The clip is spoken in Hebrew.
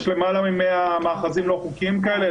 יש למעלה מ- 100 מאחזים לא חוקיים כאלה,